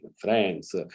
friends